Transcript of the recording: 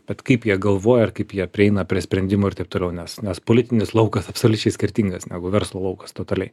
bet kaip jie galvoja ir kaip jie prieina prie sprendimų ir taip toliau nes nes politinis laukas absoliučiai skirtingas negu verslo laukas totaliai